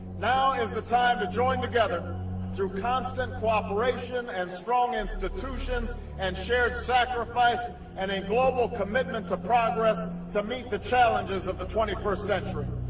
now is the time to join together through constant cooperation and strong institutions, and shared sacrifice and a global commitment to progress to meet the challenges of the twenty first century.